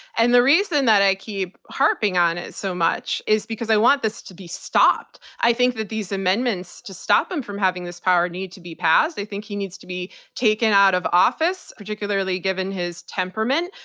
and the reason that i keep harping on it so much is because i want this to be stopped. i think that these amendments to stop him from having this power need to be passed, i think that he needs to be taken out of office, particularly given his temperament.